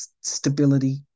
stability